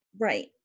Right